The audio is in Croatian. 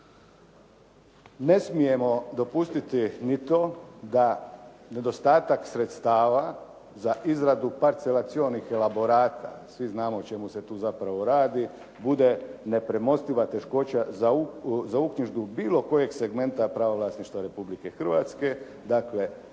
Ne smijemo dopustiti ni to da nedostatak sredstava za izradu parcelacionih elaborata, svi znamo o čemu se tu zapravo radi bude nepremostiva teškoća za uknjižbu bilo kojeg segmenta prava vlasništva Republike Hrvatske. Dakle,